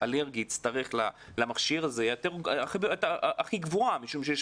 אלרגי יצטרך את המכשיר הזה היא הכי גבוהה משום שיש